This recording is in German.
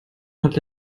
hat